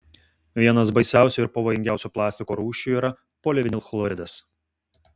vienas baisiausių ir pavojingiausių plastiko rūšių yra polivinilchloridas